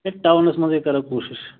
ہے ٹاونَس منٛزٕے کَرو کوٗشِش